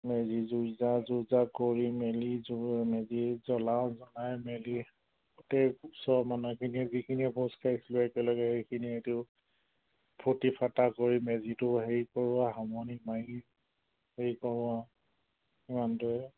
মেজি যো যা যো যা কৰি মেলি জ মেজি জ্বলাওঁ জ্বলাই মেলি গোটেই ওচৰ মানুহখিনিয়ে যিখিনি ভোজ খাইছিলোঁ একেলগে সেইখিনিয়ে দিও ফুৰ্তি ফাৰ্টা কৰি মেজিটো হেৰি কৰোঁ সামৰণি মাৰি হেৰি কৰোঁ আৰু সিমানটোৱে